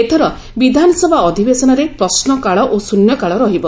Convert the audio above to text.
ଏଥର ବିଧାନସଭା ଅଧିବେଶନରେ ପ୍ରଶ୍ନକାଳ ଓ ଶ୍ରନ୍ୟକାଳ ରହିବ